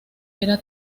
era